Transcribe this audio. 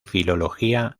filología